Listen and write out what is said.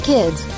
Kids